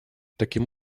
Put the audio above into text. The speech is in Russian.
таким